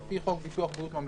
לפי חוק ביטוח בריאות ממלכתי.